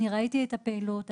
ראיתי את הפעילות,